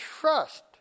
trust